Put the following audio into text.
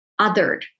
othered